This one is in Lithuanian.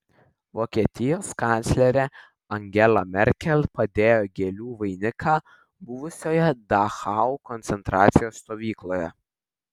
vokietijos kanclerė angela merkel padėjo gėlių vainiką buvusioje dachau koncentracijos stovykloje